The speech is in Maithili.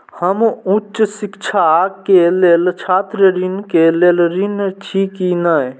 हम उच्च शिक्षा के लेल छात्र ऋण के लेल ऋण छी की ने?